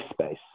space